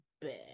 bad